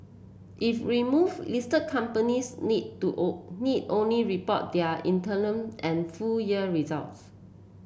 if remove listed companies need to old need only report their and full year results